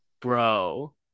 Bro